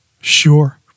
sure